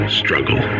struggle